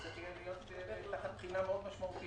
צריך יהיה להיות תחת בחינה מאוד משמעותית.